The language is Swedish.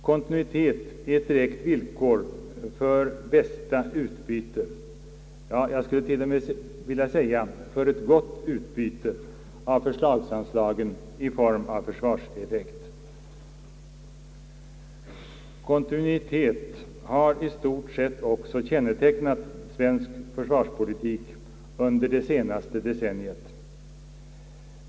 Kontinuitet är ett direkt villkor för bästa utbyte — ja, jag skulle till och med vilja säga för ett gott utbyte — av försvarsanslagen i form av försvarseffekt. Kontinuitet har i stort sett också kännetecknat svensk försvarspolitik under det senaste decenniet.